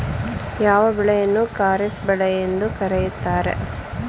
ಯಾವ ಬೆಳೆಯನ್ನು ಖಾರಿಫ್ ಬೆಳೆ ಎಂದು ಕರೆಯುತ್ತಾರೆ?